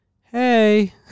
hey